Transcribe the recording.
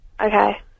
Okay